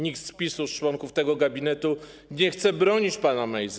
Nikt z PiS-u z członków tego gabinetu nie chce bronić pana Mejzy.